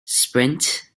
sprint